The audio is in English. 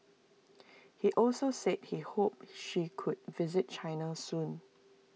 he also said he hoped she could visit China soon